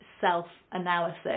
self-analysis